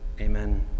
Amen